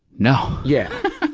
no! yeah.